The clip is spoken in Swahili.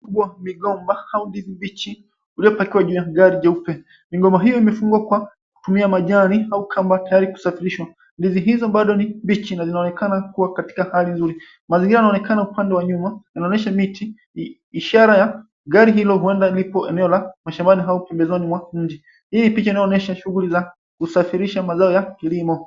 ...kubwa, migomba au ndizi bichi zilizopakiwa juu ya gari jeupe. Migomba hiyo imefungwa kwa kutumia majani au kamba tayari kusafirishwa. Ndizi hizo bado ni bichi na linaonekana kuwa katika hali nzuri. Mazingira yanaonekana upande wa nyuma yanaonyesha miti. Ishara ya gari hilo huenda lipo eneo la mashambani au pembezoni mwa mji. Hii picha inaonyesha shughuli za kusafirisha mazao ya kilimo.